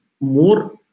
more